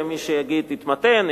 יהיה מי שיגיד התמתן,